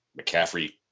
McCaffrey